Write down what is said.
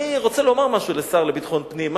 אני רוצה לומר משהו לשר לביטחון פנים,